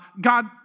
God